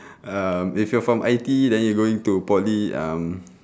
um if you're from I_T_E then you going to poly um